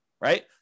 right